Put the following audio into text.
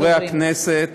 חבר הכנסת